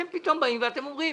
ואתם אומרים: